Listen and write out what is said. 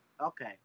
Okay